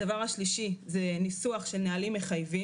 הדבר השלישי זה ניסוח של נהלים מחייבים